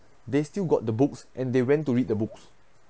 they still got the books and they went to read the books